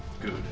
Good